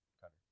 cutter